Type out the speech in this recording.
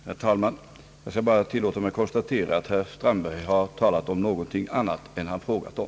Herr talman! Jag vill bara tillåta mig att konstatera att herr Strandberg har talat om någonting annat än han frågat om.